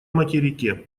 материке